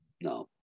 no